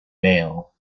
mail